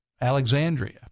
Alexandria